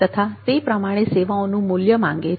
તથા તે પ્રમાણે સેવાઓનું મૂલ્ય માંગે છે